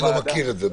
אני לא מכיר את זה.